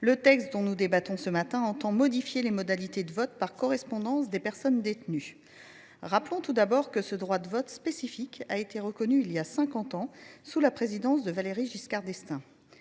et Territoires, vise à modifier les modalités de vote par correspondance des personnes détenues. Rappelons tout d’abord que ce droit de vote, spécifique, a été reconnu il y a cinquante ans, sous la présidence de Valéry Giscard d’Estaing.